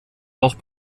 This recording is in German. auch